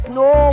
no